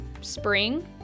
spring